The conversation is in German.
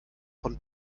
von